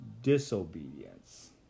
disobedience